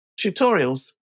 tutorials